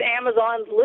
Amazons